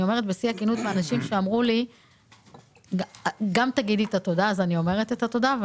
אנשים אמרו לי להגיד תודה, אז אני אומרת תודה.